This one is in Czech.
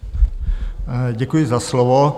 Děkuji za slovo.